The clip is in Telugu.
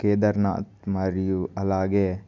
కేదర్నాధ్ మరియు అలాగే